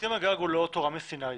הסכם הגג הוא לא תורה מסיני.